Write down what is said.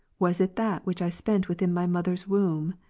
was it that which i spent with n my mother's womb?